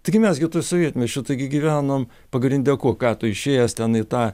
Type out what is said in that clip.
taigi mes gi tuo sovietmečiu taigi gyvenom pagrindę ko ką tu išėjęs ten į tą